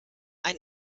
ein